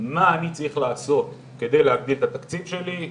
מה אני צריך לעשות כדי להגדיל את התקציב שלי,